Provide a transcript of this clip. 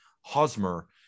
Hosmer